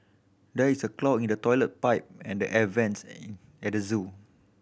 there is a clog in the toilet pipe and the air vents at the zoo